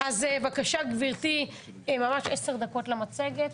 בבקשה, גברתי, 10 דקות למצגת.